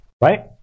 Right